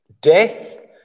death